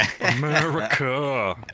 America